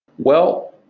well,